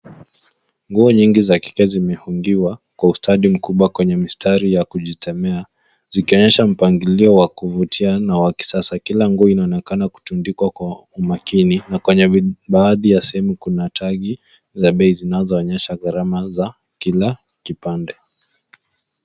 Nguo nyingi za kike zimefungiwa kwa ustadi mkubwa kwenye mistari ya kujitemea zikionyesha mpangilio wa kuvutia na wakisasa kila nguo inaonekana kutundikwa kwa umakini na kwenye baadhi ya sehemu kuna tag za bei zinazo onyesha gharama za kila kipande.